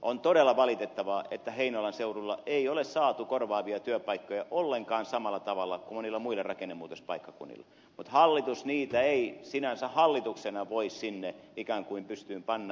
on todella valitettavaa että heinolan seudulla ei ole saatu korvaavia työpaikkoja ollenkaan samalla tavalla kuin monilla muilla rakennemuutospaikkakunnilla mutta hallitus niitä ei sinänsä hallituksena voi sinne ikään kuin pystyyn panna